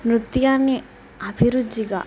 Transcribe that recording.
నృత్యాన్ని అభిరుచిగా